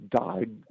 died